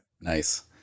Nice